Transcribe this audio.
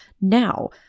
Now